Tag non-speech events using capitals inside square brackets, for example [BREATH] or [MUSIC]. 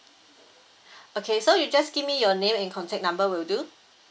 [BREATH] okay so you just give me your name and contact number will do